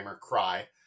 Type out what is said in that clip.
cry